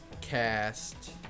cast